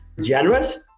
generous